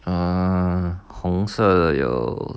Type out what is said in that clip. uh 红色有